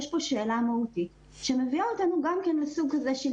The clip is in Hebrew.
יש פה שאלה מהותית, שמביאה אותנו לסוג כזה של